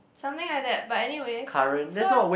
something like that but anywhere so